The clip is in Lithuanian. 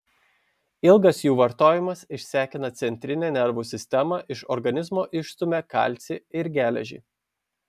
ilgas jų vartojimas išsekina centrinę nervų sistemą iš organizmo išstumia kalcį ir geležį